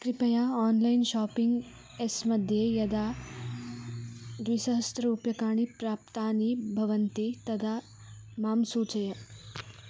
कृपया online shopping एस् मध्ये यदा द्विसहस्ररूप्यकाणि प्राप्तानि भवन्ति तदा मां सूचय